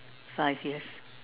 five years